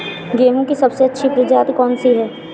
गेहूँ की सबसे अच्छी प्रजाति कौन सी है?